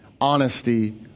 honesty